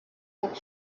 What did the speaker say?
pour